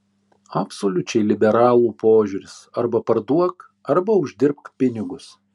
absoliučiai liberalų požiūris arba parduok arba uždirbk pinigus